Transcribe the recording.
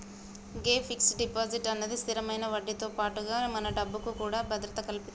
గే fix deposit అన్నది స్థిరమైన వడ్డీతో పాటుగా మన డబ్బుకు కూడా భద్రత కల్పితది